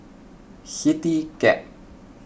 CityCab